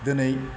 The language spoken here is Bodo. दिनै